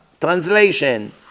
Translation